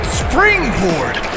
springboard